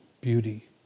beauty